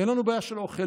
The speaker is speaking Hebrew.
אין לנו בעיה של אוכל.